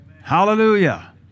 Hallelujah